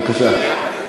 בבקשה.